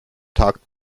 tagt